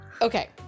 Okay